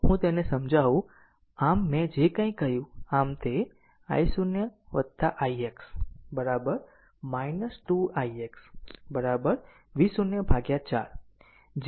તો હું તેને સમજાવું આમ મેં જે કાંઈ કહ્યું આમ તે i0 ix 2 ix V0 4